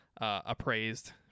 appraised